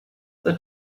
that